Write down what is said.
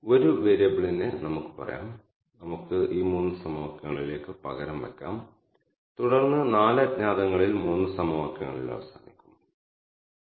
ഇവിടെ ഈ കമാൻഡ് ഈ ഡാറ്റ ഫ്രെയിം ട്രിപ്പ് ഡീറ്റെയിൽസ് എടുക്കുന്നു ഇവിടെ ഈ ആർഗ്യുമെന്റ് ഞാൻ ഡാറ്റയെ 3 ക്ലസ്റ്ററുകളായി വിഭജിക്കണമെന്ന് വ്യക്തമാക്കുന്നു